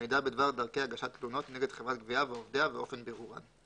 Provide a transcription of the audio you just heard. מידע בדבר דרכי הגשת תלונות נגד חברת גבייה ועובדיה ואופן בירורן.